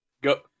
Go